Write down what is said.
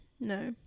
no